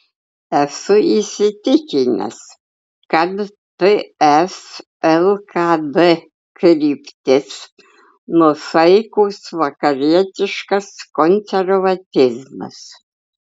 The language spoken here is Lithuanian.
esu įsitikinęs kad ts lkd kryptis nuosaikus vakarietiškas konservatizmas